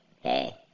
hey